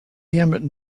him